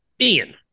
Ian